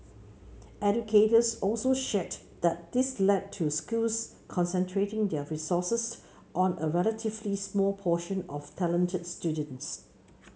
educators also shared that this led to schools concentrating their resources on a relatively small portion of talented students